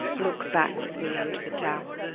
look back with me unto the tower